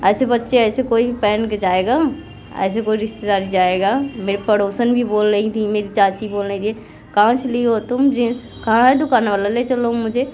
ऐसे बच्चे ऐसी कोई पहन के जाएगा ऐसी कोई रिश्तेदारी जाएगा मेरी पड़ोसन भी बोल रही थीं मेरी चाची बोल रही थी कहाँ से लिए हो तुम जींस कहाँ है दुकान वाला ले चलो मुझे